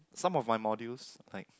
some of my modules like